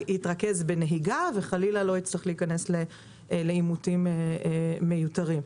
יתרכז בנהיגה וחלילה לא יצטרך להיכנס לעימותים מיותרים.